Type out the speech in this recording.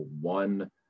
one